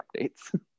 updates